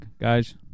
guys